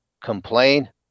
complain